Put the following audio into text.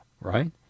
right